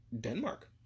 denmark